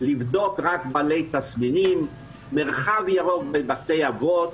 לבדוק רק בעלי תסמינים, מרחב ירוק בבתי אבות,